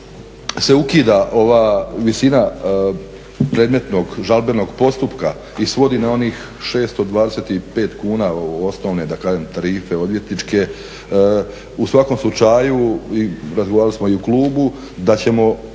se ukida ova visina predmetnog žalbenog postupka i svodi na onih 625 kuna osnovne, da kažem tarifne odvjetničke, u svakom slučaju i razgovarali smo i u klubu da ćemo